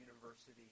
University